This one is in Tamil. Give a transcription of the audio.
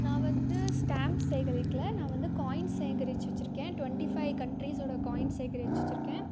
நான் வந்து ஸ்டாம்ப் சேகரிக்கலை நான் வந்து காயின்ஸ் சேகரித்து வச்சிருக்கேன் டுவெண்ட்டி ஃபைவ் கன்ட்ரீஸோடய காயின் சேகரித்து வச்சிருக்கேன்